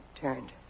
turned